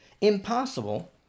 impossible